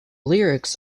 lyrics